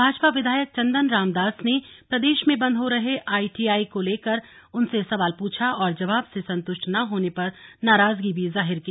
भाजपा विधायक चंदन राम दास ने प्रदेश में बंद हो रहे आईटीआई को लेकर उनसे सवाल पूछा और जवाब से सन्तुष्ट न होने पर नाराजगी भी जाहिर की